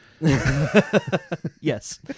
Yes